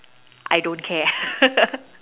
I don't care